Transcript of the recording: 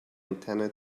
antenna